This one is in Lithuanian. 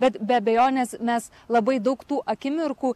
bet be abejonės mes labai daug tų akimirkų